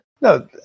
No